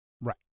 Right